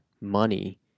money